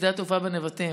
שדה התעופה בנבטים.